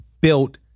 built